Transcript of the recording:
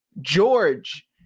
George